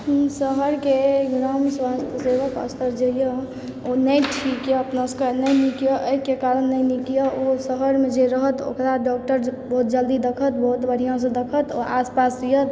हम शहर के ग्राम स्वास्थ सेवक स्तर जे यऽ ओ नहि ठीक यऽ अपना सबके नहि नीक यऽ एहिके कारण नहि नीक यऽ ओ शहर मे जे रहत ओकरा डॉक्टर बहुत जल्दी देखत बहुत बढ़िऑं सँ देखत आसपास यऽ